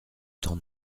temps